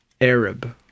Arab